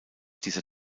dieser